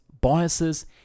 biases